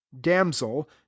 damsel